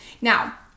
now